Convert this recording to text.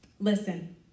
Listen